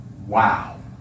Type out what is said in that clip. wow